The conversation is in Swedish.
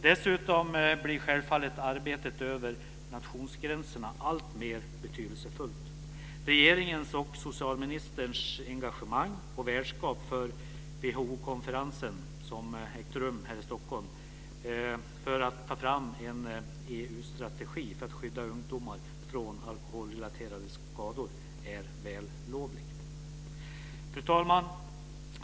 Dessutom blir självfallet arbetet över nationsgränserna alltmer betydelsefullt. Regeringens och socialministerns engagemang och värdskap för WHO konferensen, som ägt rum här i Stockholm, för att ta fram en EU-strategi för att skydda ungdomar från alkoholrelaterade skador är vällovligt. Fru talman!